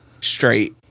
Straight